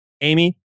Amy